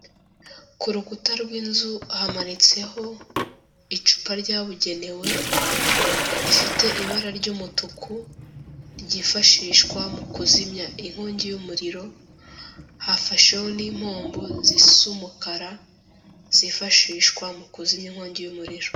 Ku rukuta rw'inzu hamanitseho icupa ryabugenewe rifite ibara ry'umutuku, ryifashishwa mu kuzimya inkongi y'umuriro, hafasheho n'impombo zisa umukara zifashishwa mu kuzimya inkongi y'umuriro.